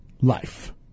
life